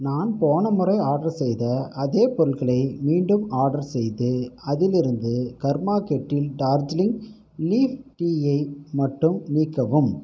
நான் போன முறை ஆர்டர் செய்த அதே பொருட்களை மீண்டும் ஆர்டர் செய்து அதிலிருந்து கர்மா கெட்டில் டார்ஜிலிங் லீஃப் டீயை மட்டும் நீக்கவும்